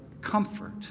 comfort